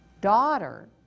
daughter